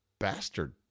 Bastard